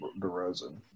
DeRozan